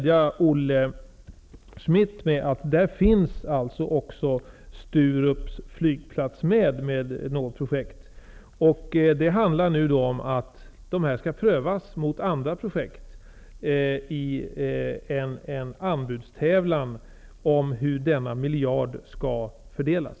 Jag har tittat i förteckningen som Luftfartsverket lägger fram över olika objekt. De projekten skall prövas mot andra projekt i en anbudstävlan som handlar om hur denna miljard skall fördelas.